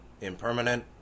impermanent